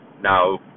Now